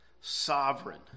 Sovereign